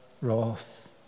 wrath